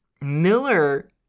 Miller